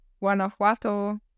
Guanajuato